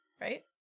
Right